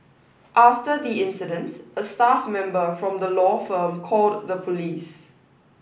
after the incident a staff member from the law firm called the police